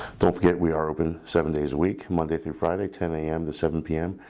don't forget we are open seven days a week monday through friday ten a m. to seven p m.